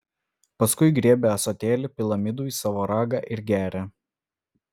paskui griebia ąsotėlį pila midų į savo ragą ir geria